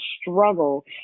struggle